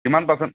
কিমান পাৰচেণ্ট